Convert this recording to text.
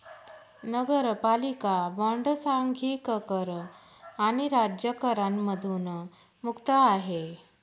नगरपालिका बॉण्ड सांघिक कर आणि राज्य करांमधून मुक्त आहे